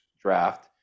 draft